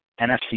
NFC